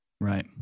Right